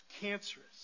cancerous